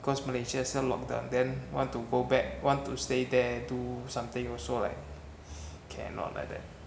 cause malaysia still long term then want to go back want to stay there do something also like cannot like that